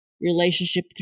relationship